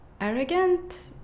arrogant